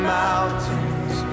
mountains